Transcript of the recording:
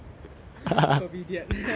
covidiot